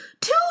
Two